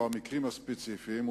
או המקרים הספציפיים,